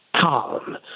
calm